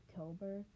october